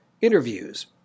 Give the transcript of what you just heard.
interviews